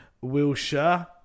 wilshire